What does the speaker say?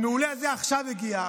ה"מעולה" הזה הגיע עכשיו.